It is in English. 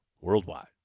worldwide